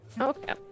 Okay